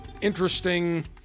Interesting